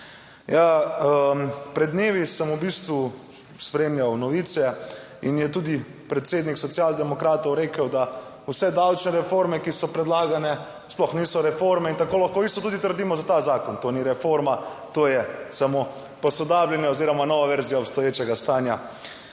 Ja, pred dnevi sem v bistvu spremljal novice in je tudi predsednik Socialdemokratov rekel, da vse davčne reforme, ki so predlagane, sploh niso reforme in tako lahko isto tudi trdimo za ta zakon. To ni reforma, to je samo posodabljanje oziroma nova verzija obstoječega stanja.